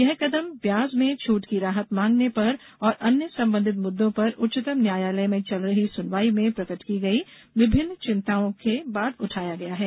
यह कदम ब्याज में छूट की राहत मांगने पर और अन्य संबंधित मुद्दों पर उच्चतम न्यायालय में चल रही सुनवाई में प्रकट की गई विभिन्न चिंताओं के बाद उठाया गया है